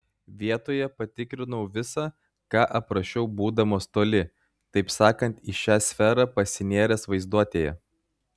vietoje patikrinau visa ką aprašiau būdamas toli taip sakant į šią sferą pasinėręs vaizduotėje